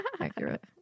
Accurate